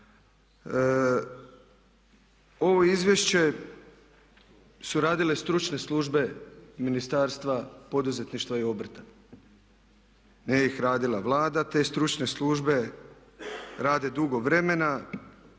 Ovo izvješće su radile stručne službe Ministarstva poduzetništva i obrta. Nije ih radila Vlada. Te stručne službe rade dugo vremena